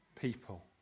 people